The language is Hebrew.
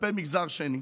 כלפי מגזר שני.